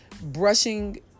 Brushing